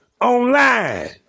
online